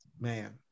Man